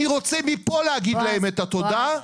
אני רוצה מפה להגיד להם את התודה.